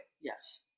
Yes